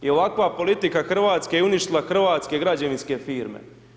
I ovakva politika Hrvatske je uništila hrvatske građevinske firme.